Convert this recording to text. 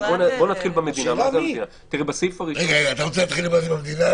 אתה רוצה להתחיל עם מה זה המדינה?